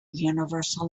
universal